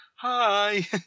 hi